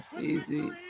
easy